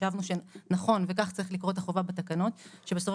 חשבנו שנכון וכך צריך לקרוא את החובה בתקנות: שבסופו